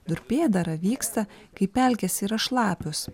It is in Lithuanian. durpėdara vyksta kai pelkės yra šlapios